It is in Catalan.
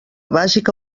bàsica